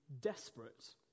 desperate